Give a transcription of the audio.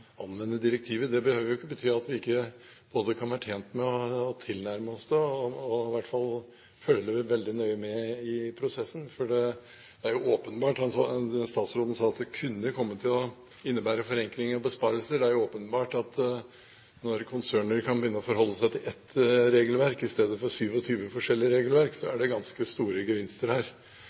anvende direktivet. Det behøver jo ikke bety at vi ikke kan være tjent med å tilnærme oss det, og i hvert fall følge veldig nøye med i prosessen. Det er jo åpenbart, som statsråden sa, at det kunne komme til å innebære forenkling og besparelser, og at når konserner kan begynne å forholde seg til ett regelverk i stedet for 27 forskjellige regelverk, er det ganske store gevinster her.